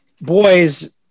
boys